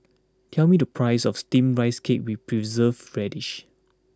tell me the price of Steamed Rice Cake with Preserved Radish